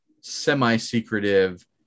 semi-secretive